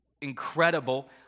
incredible